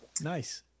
Nice